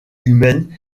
humaine